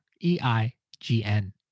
E-I-G-N